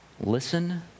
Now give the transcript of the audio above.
Listen